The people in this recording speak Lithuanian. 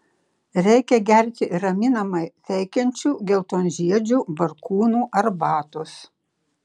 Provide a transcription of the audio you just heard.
reikia gerti raminamai veikiančių geltonžiedžių barkūnų arbatos